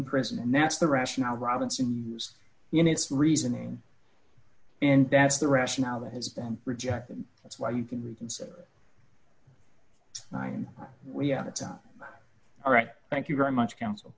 prison and that's the rationale robinson use units reasoning and that's the rationale that has been rejected that's why you can reconsider nine we out of time all right thank you very much coun